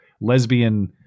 lesbian